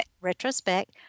retrospect